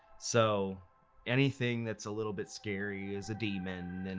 so anything that's a little bit scary is a demon, and